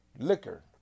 liquor